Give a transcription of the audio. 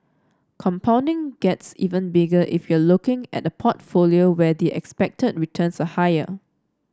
compounding gets even bigger if you're looking at a portfolio where the expected returns are higher